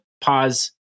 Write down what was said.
pause